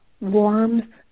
warm